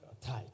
tight